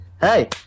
hey